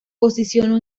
posicionó